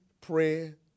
prayer